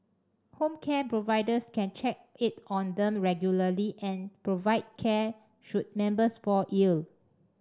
home care providers can check in on them regularly and provide care should members fall ill